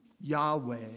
Yahweh